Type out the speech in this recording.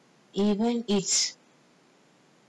even it's